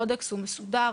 קודקס הוא מסודר,